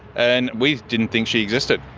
and we didn't think she existed.